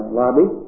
lobby